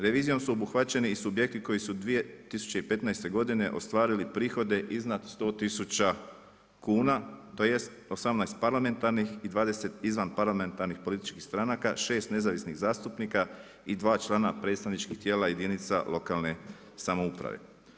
Revizijom su obuhvaćeni i subjekti koji su 2015. godine, ostvarili prihode iznad 100000 kuna, tj. 18 parlamentarnih i 20 izvan parlamentarnih političkih stranaka, 6 nezavisnih zastupnika i 2 člana predstavničkih tijela jedinica lokalne samouprave.